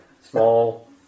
Small